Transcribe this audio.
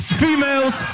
females